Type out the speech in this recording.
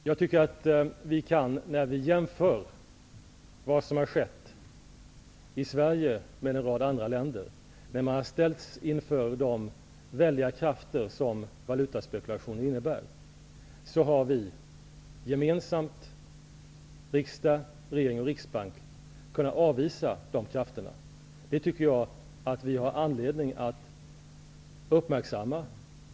Fru talman! När vi jämför det som har skett i Sverige med händelserna i en rad andra länder, där man har ställts inför de väldiga krafter som valutaspekulation innebär, kan vi konstatera att vi i Riksbanken, har kunnat avvisa dessa krafter. Det tycker jag att vi har all anledning att uppmärksamma.